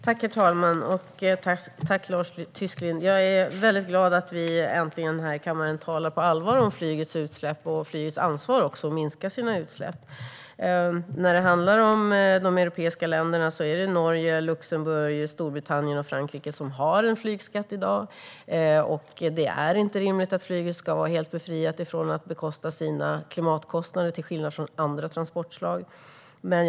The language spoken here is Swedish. Herr talman! Jag är glad att vi äntligen här i kammaren på allvar talar om flygets utsläpp och om flygets ansvar att minska sina utsläpp. När det handlar om de europeiska länderna är det Norge, Luxemburg, Storbritannien och Frankrike som i dag har en flygskatt. Det är inte rimligt att flyget, till skillnad från andra transportslag, ska vara helt befriat från att betala sina klimatkostnader.